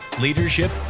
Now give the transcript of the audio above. leadership